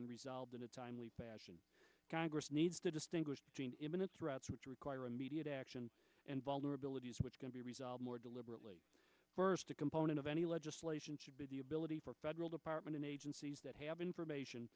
and resolved in a timely fashion congress needs to distinguish between imminent threats which require immediate action and vulnerabilities which can be resolved more deliberately first a component of any legislation should be the ability for federal department and agencies that have information